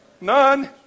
none